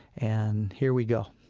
and here we go